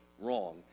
wrong